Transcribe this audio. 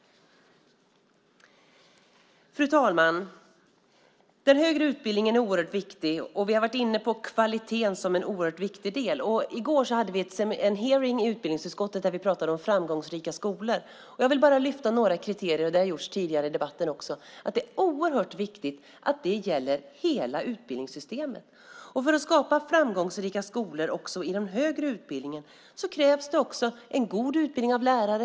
Fru talman! Den högre utbildningen är oerhört viktig. Vi har varit inne på kvaliteten som en oerhört viktig del. I går hade vi en hearing i utbildningsutskottet där vi pratade om framgångsrika skolor. Jag vill lyfta fram några kriterier. Det har också gjorts tidigare i debatten. Det är oerhört viktigt att det gäller hela utbildningssystemet. För att skapa framgångsrika skolor också inom den högre utbildningen krävs det en god utbildning av lärare.